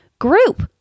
group